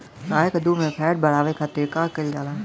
गाय के दूध में फैट बढ़ावे खातिर का कइल जाला?